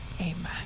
amen